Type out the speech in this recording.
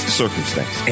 circumstance